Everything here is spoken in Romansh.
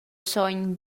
sogn